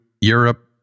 Europe